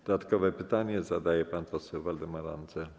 Dodatkowe pytanie zadaje pan poseł Waldemar Andzel.